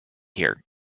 here